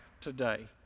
today